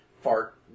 Fart